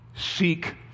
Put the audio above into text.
Seek